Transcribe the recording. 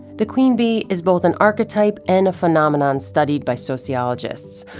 the queen bee is both an archetype and a phenomenon studied by sociologists,